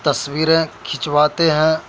تصویریں کھنچواتے ہیں